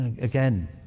again